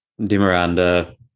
DeMiranda